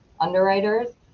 underwriters